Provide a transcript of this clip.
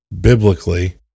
Biblically